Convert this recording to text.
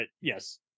yes